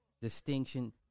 distinction